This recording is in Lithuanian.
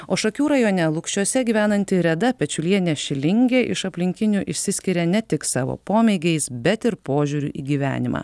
o šakių rajone lukšiuose gyvenanti reda pečiulienė šlingė iš aplinkinių išsiskiria ne tik savo pomėgiais bet ir požiūriu į gyvenimą